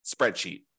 spreadsheet